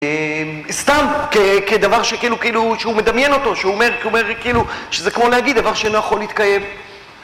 סתם כדבר שהוא מדמיין אותו, שזה כמו להגיד דבר שלא יכול להתקיים